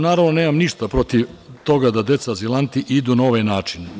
Naravno, ja nemam ništa protiv toga da deca azilanti idu na ovaj način.